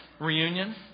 reunion